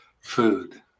food